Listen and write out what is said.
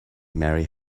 mary